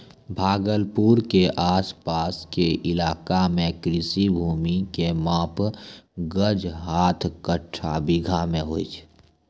भागलपुर के आस पास के इलाका मॅ कृषि भूमि के माप गज, हाथ, कट्ठा, बीघा मॅ होय छै